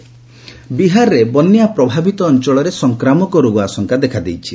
Bihar epidemic ବିହାରରେ ବନ୍ୟା ପ୍ରଭାବିତ ଅଞ୍ଚଳରେ ସଂକ୍ରାମକ ରୋଗ ଆଶଙ୍କା ଦେଖାଦେଇଛି